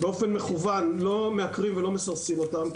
באופן מכוון לא מעקרים ולא מסרסים אותם,